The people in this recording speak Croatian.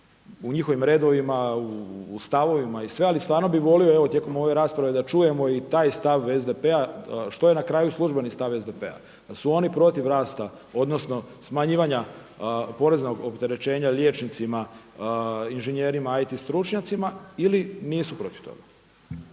u njihovim redovima u stavovima i sve, ali stvarno bi volio tijekom ove rasprave da čujemo i taj stav SDP-a što je na kraju službeni stav SDP-a dal su oni protiv rasta odnosno smanjivanja poreznog opterećenja liječnicima, inženjerima, IT stručnjacima ili nisu protiv toga.